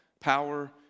power